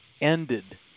ended